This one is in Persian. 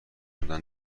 دادن